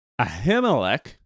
Ahimelech